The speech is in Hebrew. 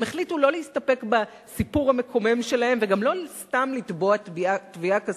הם החליטו לא להסתפק בסיפור המקומם שלהם וגם לא סתם לתבוע תביעה כספית,